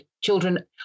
children